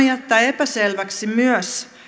jättää epäselväksi myös